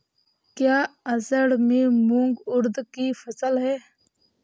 क्या असड़ में मूंग उर्द कि फसल है?